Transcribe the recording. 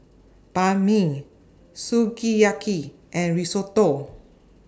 Banh MI Sukiyaki and Risotto